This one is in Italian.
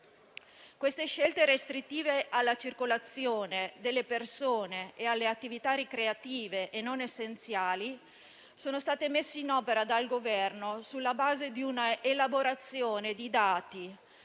Le scelte restrittive alla circolazione delle persone e alle attività ricreative e non essenziali sono state messe in opera dal Governo sulla base di una elaborazione di dati